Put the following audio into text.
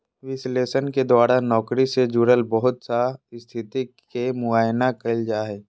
विश्लेषण के द्वारा नौकरी से जुड़ल बहुत सा स्थिति के मुआयना कइल जा हइ